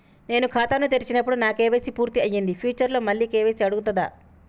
నేను ఖాతాను తెరిచినప్పుడు నా కే.వై.సీ పూర్తి అయ్యింది ఫ్యూచర్ లో మళ్ళీ కే.వై.సీ అడుగుతదా?